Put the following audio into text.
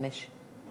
חמש.